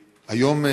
היום,